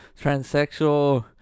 transsexual